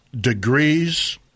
degrees